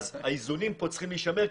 האיזונים כאן צריכים להישמר.